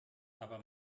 aber